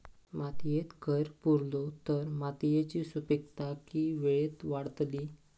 मातयेत कैर पुरलो तर मातयेची सुपीकता की वेळेन वाडतली?